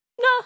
no